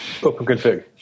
OpenConfig